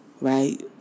right